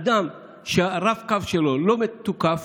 אדם שהרב-קו שלו לא מתוקף,